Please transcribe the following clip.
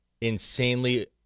insanely